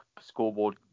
scoreboard